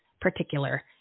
particular